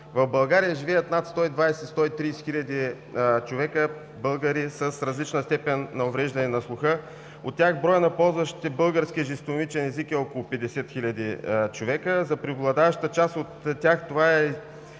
В България живеят над 120 – 130 000 българи с различна степен на увреждане на слуха. От тях броят на ползващите български жестомимичен език е около 50 000 човека. За преобладаващата част от тях това е